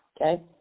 Okay